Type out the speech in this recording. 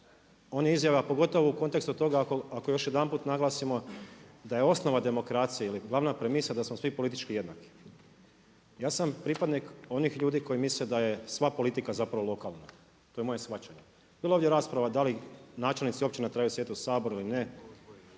onih izjava pogotovo u kontekstu toga ako još jedanput naglasimo da je osnova demokracije ili glavna premisa da smo svi politički jednaki. Ja sam pripadnik onih ljudi koji misle da je sva politika zapravo lokalna. To je moje shvaćanje. Bilo je ovdje rasprava da li načelnici općina trebaju sjediti u Saboru ili ne.